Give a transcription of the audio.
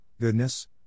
goodness